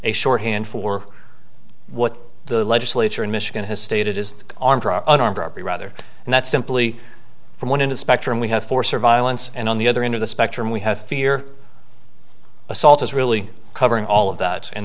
a shorthand for what the legislature in michigan has stated is an armed robbery rather and that's simply from one in the spectrum we have force or violence and on the other end of the spectrum we have fear assault is really covering all of that and